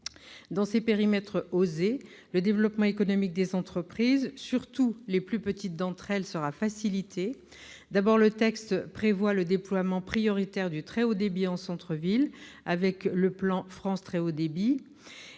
Dans ces périmètres « OSER », le développement économique des entreprises, surtout les plus petites d'entre elles, sera facilité. Le texte prévoit le déploiement prioritaire du très haut débit en centre-ville, avec le plan France très haut débit.